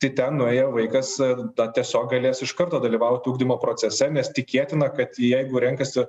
tai ten nuėję vaikas na tiesiog galės iš karto dalyvauti ugdymo procese nes tikėtina kad jeigu renkasi